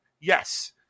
yes